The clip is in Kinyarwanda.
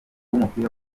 w’umupira